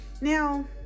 Now